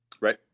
right